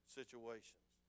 situations